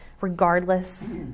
regardless